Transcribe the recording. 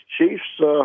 Chiefs